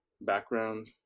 background